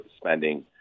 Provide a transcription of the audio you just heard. spending